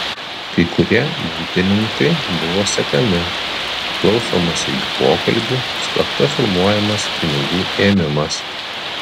kai kurie muitininkai buvo sekami klausomasi jų pokalbių slapta filmuojamas pinigų ėmimas